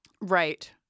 right